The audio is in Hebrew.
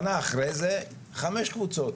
שנה אחרי זה, חמש קבוצות.